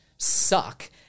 suck